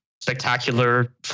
spectacular